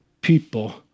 people